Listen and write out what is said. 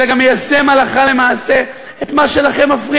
אלא מיישם הלכה למעשה את מה שלכם הכי מפריע,